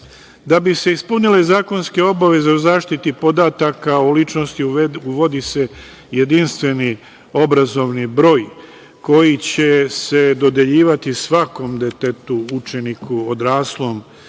bi se ispunile zakonske obaveze o zaštiti podataka o ličnosti, uvodi se jedinstveni obrazovni broj, koji će se dodeljivati svakom detetu, učeniku odraslom